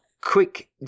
quick